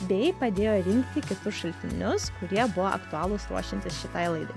bei padėjo rinkti kitus šaltinius kurie buvo aktualūs ruošiantis šitai laidai